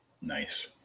Nice